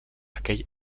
aquell